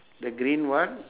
the green what